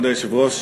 כבוד היושב-ראש,